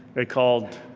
they called